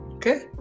Okay